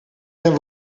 zijn